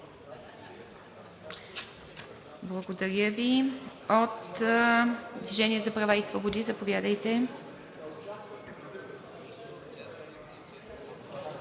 Благодаря Ви. От „Движение за права и свободи“, заповядайте.